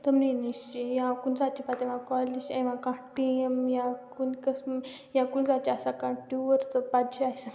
تِمنٕے نِش یا کُنہِ ساتہٕ چھِ پَتہٕ اِوان کالجہِ چھِ یِوان کانٛہہ ٹیٖم یا کُنہِ قٕسمہٕ یا کُنۍ ساتہٕ چھِ آسان کانٛہہ ٹیوٗر تہٕ پَتہٕ چھِ اَسہِ